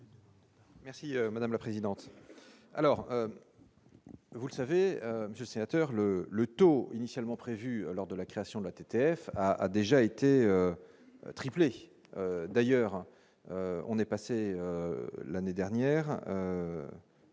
Merci madame la présidente, alors vous le savez, monsieur sénateur le le taux initialement prévu lors de la création de la TTF a déjà été triplé. D'ailleurs, on est passé l'année dernière.